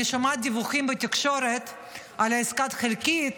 אני שומעת דיווחים בתקשורת על עסקה חלקית,